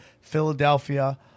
Philadelphia